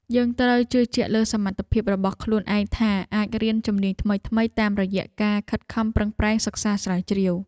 យើងត្រូវជឿជាក់លើសមត្ថភាពរបស់ខ្លួនឯងថាអាចរៀនជំនាញថ្មីៗបានតាមរយៈការខិតខំប្រឹងប្រែងសិក្សាស្រាវជ្រាវ។